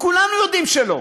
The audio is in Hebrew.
זה בסדר,